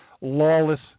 lawless